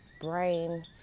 brain